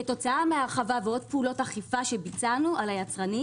כתוצאה מההרחבה ועוד פעולות אכיפה שביצענו על היצרנים